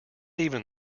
even